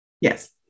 Yes